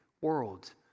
world